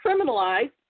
criminalize